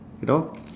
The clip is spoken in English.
you know